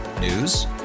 News